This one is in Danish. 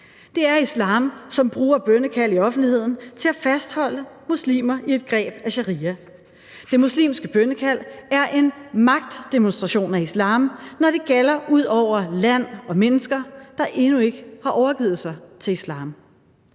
Det er islam, som bruger bønnekald i offentligheden til at fastholde muslimer i et greb af sharia. Det muslimske bønnekald er en magtdemonstration af islam, når det gjalder ud over land og mennesker, der endnu ikke har overgivet sig til islam.